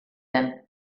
den